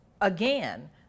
again